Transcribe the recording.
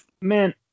Man